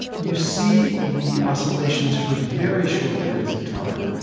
you see the oscillations for very short periods of time,